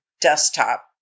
desktop